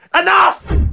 Enough